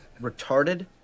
Retarded